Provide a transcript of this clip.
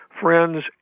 friends